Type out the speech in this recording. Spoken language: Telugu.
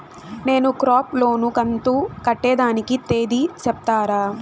నేను క్రాప్ లోను కంతు కట్టేదానికి తేది సెప్తారా?